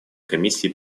комиссии